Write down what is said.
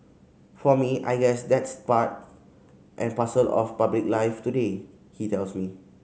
for me I guess that's part and parcel of public life today he tells me